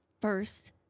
first